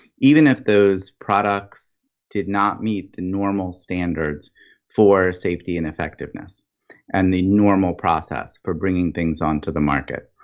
even if those products did not meet the normal standards for safety and effectiveness and the normal process for bringing things onto the market.